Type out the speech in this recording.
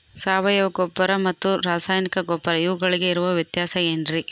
ಸಾವಯವ ಗೊಬ್ಬರ ಮತ್ತು ರಾಸಾಯನಿಕ ಗೊಬ್ಬರ ಇವುಗಳಿಗೆ ಇರುವ ವ್ಯತ್ಯಾಸ ಏನ್ರಿ?